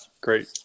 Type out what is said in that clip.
great